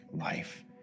life